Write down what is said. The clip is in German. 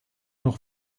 noch